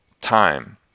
time